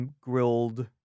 grilled